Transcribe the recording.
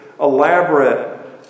elaborate